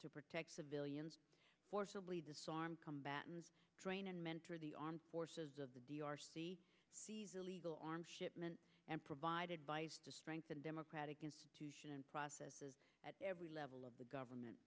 to protect civilians forcibly disarm combatants train and mentor the armed forces of the illegal arms shipment and provide advice to strengthen democratic institution and processes at every level of the government